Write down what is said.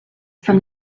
from